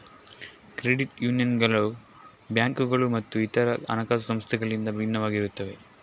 credit ಯೂನಿಯನ್ಗಳು ಬ್ಯಾಂಕುಗಳು ಮತ್ತು ಇತರ ಹಣಕಾಸು ಸಂಸ್ಥೆಗಳಿಂದ ಭಿನ್ನವಾಗಿರುತ್ತವೆ